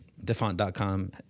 Defont.com